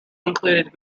included